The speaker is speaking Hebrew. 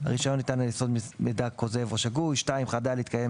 הרישיון ניתן על יסוד מידע כוזב או שגוי; חדל להתקיים